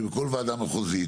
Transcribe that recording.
שבכל ועדה מחוזית,